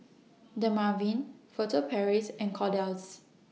Dermaveen Furtere Paris and Kordel's